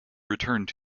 returned